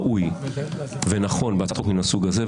ראוי ונכון בהצעת חוק מן הסוג הזה,